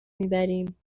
میبریم